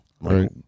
right